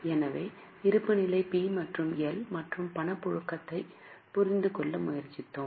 எனவே இருப்புநிலை பி மற்றும் எல் மற்றும் பணப்புழக்கத்தைப் புரிந்துகொள்ள முயற்சித்தோம்